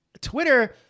Twitter